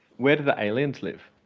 where did the aliens live?